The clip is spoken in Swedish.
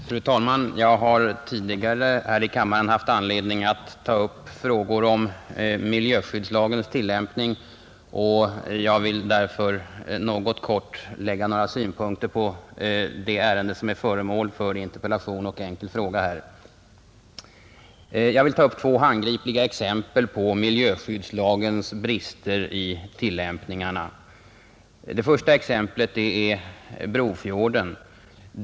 Fru talman! Jag har tidigare haft anledning att här i kammaren ta upp frågor om miljöskyddslagens tillämpning, och jag vill därför helt kort lägga några synpunkter på det ärende som nu är föremål för interpellation och enkel fråga. Jag vill ta upp två handgripliga exempel på miljöskyddslagens brister i tillämpningarna. Det första exemplet är Brofjorden.